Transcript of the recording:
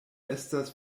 estas